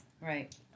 right